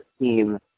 team